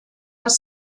das